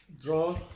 draw